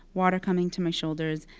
water coming to my shoulders,